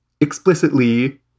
explicitly